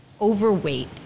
overweight